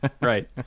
right